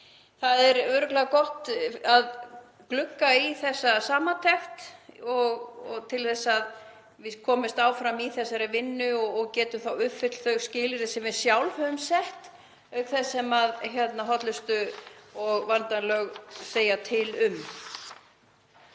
Það er örugglega gott að glugga í þessa samantekt til þess að við komumst áfram í þessari vinnu og getum þá uppfyllt þau skilyrði sem við sjálf höfum sett, auk þess sem hollustu- og verndarlög segja til um.